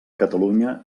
catalunya